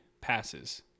passes